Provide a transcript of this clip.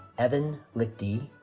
evan liechty,